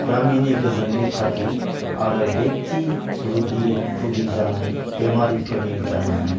गामिनि गोजोननि थाखै आरो बेक्थि रुगि भुगि जानाय बेमारिफोरनि जानानै